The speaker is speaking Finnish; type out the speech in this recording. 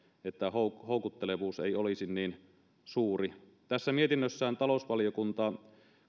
että houkuttelevuus ei olisi niin suuri mietinnössään talousvaliokunta